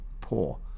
poor